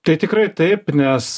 tai tikrai taip nes